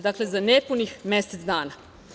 Dakle, za nepunih mesec dana.